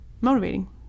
motivating